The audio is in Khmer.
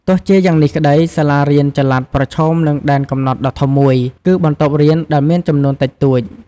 ទោះជាយ៉ាងនេះក្តី សាលារៀនចល័តប្រឈមនឹងដែនកំណត់ដ៏ធំមួយ គឺបន្ទប់រៀនដែលមានចំនួនតិចតួច។